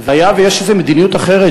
והיה ויש איזו מדיניות אחרת,